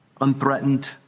unthreatened